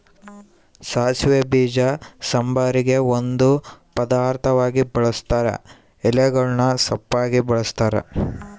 ಸಾಸಿವೆ ಬೀಜ ಸಾಂಬಾರಿಗೆ ಒಂದು ಪದಾರ್ಥವಾಗಿ ಬಳುಸ್ತಾರ ಎಲೆಗಳನ್ನು ಸೊಪ್ಪಾಗಿ ಬಳಸ್ತಾರ